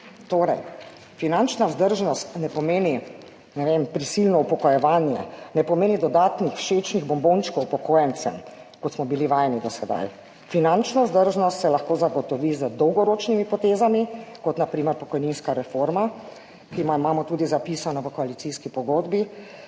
Torej, finančna vzdržnost ne pomeni, ne vem, prisilno upokojevanje, ne pomeni dodatnih všečnih bombončkov upokojencem, kot smo bili vajeni do sedaj. Finančna vzdržnost se lahko zagotovi z dolgoročnimi potezami, kot na primer pokojninska reforma, ki jo imamo tudi zapisano v koalicijski pogodbi,